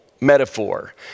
metaphor